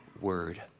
word